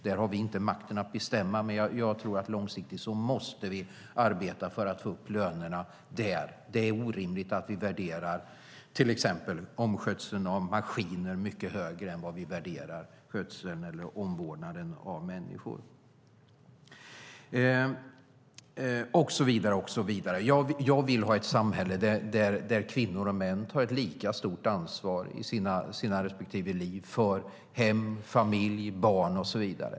Där har vi inte makten att bestämma, men jag tror att vi långsiktigt måste arbeta för att få upp lönerna. Det är orimligt att vi värderar till exempel omskötseln av maskiner mycket högre än vad vi värderar skötseln eller omvårdnaden av människor och så vidare. Jag vill ha ett samhälle där kvinnor och män tar ett lika stort ansvar i sina respektive liv för hem, familj, barn och så vidare.